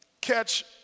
Catch